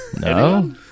No